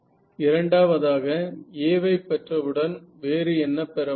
இரண்டாவதாக A வை பெற்றவுடன் வேறு என்ன பெற முடியும்